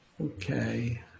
Okay